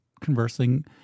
conversing